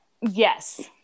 yes